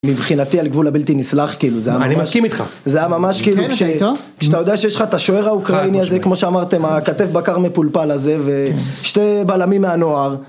מבחינתי על גבול הבלתי נסלח, כאילו, זה היה ממש, זה היה ממש כאילו, כש, כשאתה יודע שיש לך את השוער האוקראיני הזה, כמו שאמרתם, הכתף בקר מפולפל הזה, ושתי בלמים מהנוער.